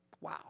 wow